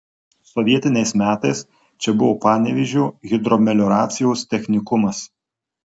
sovietiniais metais čia buvo panevėžio hidromelioracijos technikumas